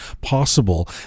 possible